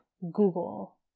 Google